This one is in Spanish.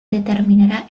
determinará